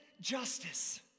justice